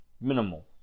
minimal